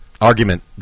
argument